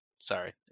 Sorry